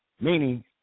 meaning